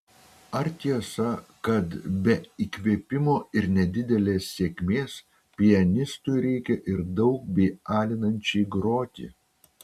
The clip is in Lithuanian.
ar tiesa kad be įkvėpimo ir nedidelės sėkmės pianistui reikia ir daug bei alinančiai groti